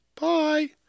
Bye